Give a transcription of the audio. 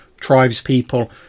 tribespeople